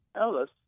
Ellis